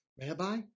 Rabbi